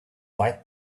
bite